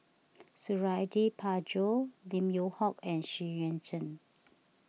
Suradi Parjo Lim Yew Hock and Xu Yuan Zhen